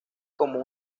como